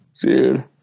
Dude